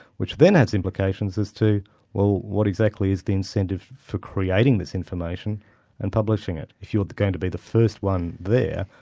which then has implications as to well what exactly is the incentive for creating this information and publishing it. if you're going to be the first one there,